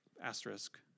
asterisk